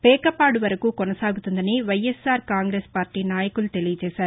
పేకపాడు వరకు కొనసాగుతుందని ఎస్సార్ కాంగ్రెస్స్ పార్టీ నాయకులు తెలిపారు